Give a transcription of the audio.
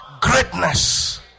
Greatness